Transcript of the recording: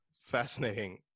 fascinating